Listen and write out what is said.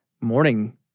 morning